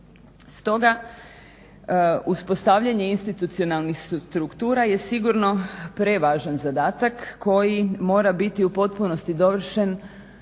Stoga uspostavljanje institucionalnih struktura je sigurno prevažan zadatak koji mora biti u potpunosti dovršen,